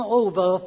over